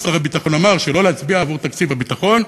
שר הביטחון אמר שלא להצביע עבור תקציב הביטחון,